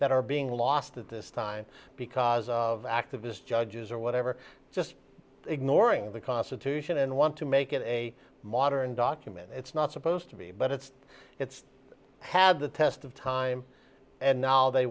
that are being lost at this time because of activist judges or whatever just ignoring the constitution and want to make it a modern document it's not supposed to be but it's it's had the test of time and now they